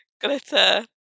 Glitter